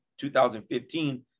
2015